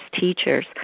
teachers